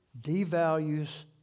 devalues